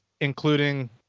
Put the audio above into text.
including